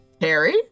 Harry